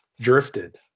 drifted